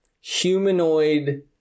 humanoid